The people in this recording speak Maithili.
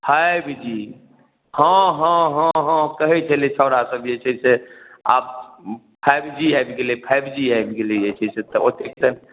फाइव जी हँ हँ हँ हँ कहै छलै छौँड़ासभ जे छै से आब फाइव जी आबि गेलै फाइव जी आबि गेलै जे छै से तऽ ओतेक तऽ